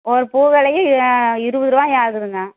ஒரு பூ விலையே இருபது ரூபாய் ஆகுதுங்க